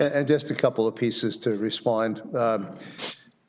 yes and just a couple of pieces to respond to